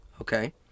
Okay